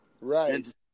Right